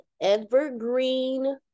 evergreen